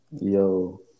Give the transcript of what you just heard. Yo